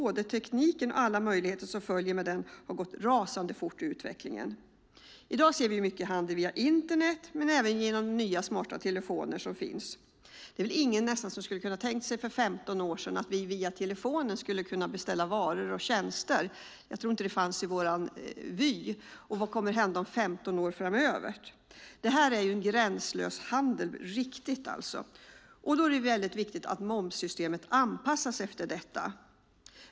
Utvecklingen av tekniken och alla möjligheter som den innebär har gått rasande fort. I dag ser vi mycket handel via Internet, men även via nya smarta telefoner. Ingen hade väl för 15 år sedan kunnat tänka sig att vi via telefonen skulle kunna beställa varor och tjänster. Vad kommer att hända om 15 år? Det här är en riktigt gränslös handel. Det är därför viktigt att momssystemet anpassas efter det.